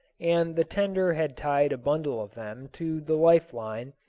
and the tender had tied a bundle of them to the life-line,